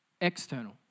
external